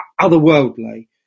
otherworldly